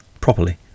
properly